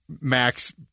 Max